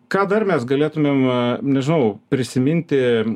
ką dar mes galėtumėm nežau prisiminti